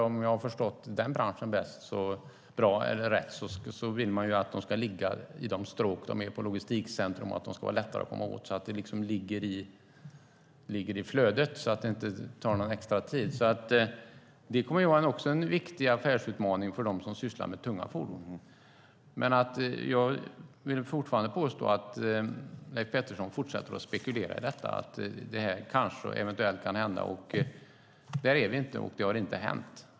Om jag har förstått den branschen rätt vill man att de ska ligga i de stråk som är vid logistikcentrum och att de ska vara lätta att komma åt, så att de ligger i flödet och att det inte tar någon extra tid att ta sig dit. Det kommer att vara en viktig affärsutmaning för dem som sysslar med tunga fordon. Jag vill fortfarande påstå att Leif Pettersson spekulerar när det gäller detta. Han talar om sådant som kanske eventuellt kan hända. Där är vi inte, och det har inte hänt.